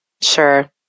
Sure